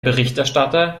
berichterstatter